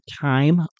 time